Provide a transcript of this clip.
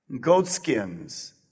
goatskins